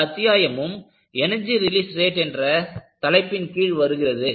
இந்த அத்தியாயமும் energy release rate என்ற தலைப்பின் கீழ் வருகிறது